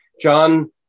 John